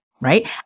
Right